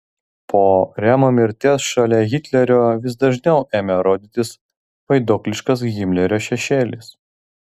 po remo mirties šalia hitlerio vis dažniau ėmė rodytis vaiduokliškas himlerio šešėlis